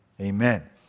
Amen